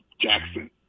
Jackson